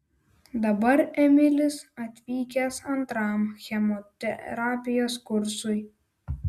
dabar emilis atvykęs antram chemoterapijos kursui